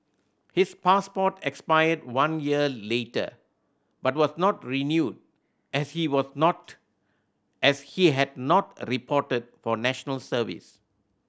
his passport expired one year later but was not renewed as he was not as he had not reported for National Service